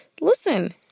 listen